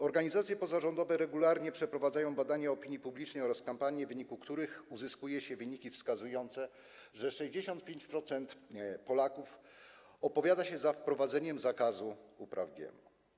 Organizacje pozarządowe regularnie przeprowadzają badanie opinii publicznej oraz kampanie, w wyniku których uzyskuje się wyniki wskazujące, że 65% Polaków opowiada się za wprowadzeniem zakazu upraw GMO.